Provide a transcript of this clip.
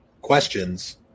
questions